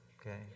okay